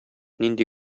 нинди